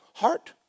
Heart